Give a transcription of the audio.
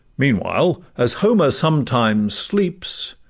meanwhile, as homer sometimes sleeps,